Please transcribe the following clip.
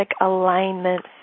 alignment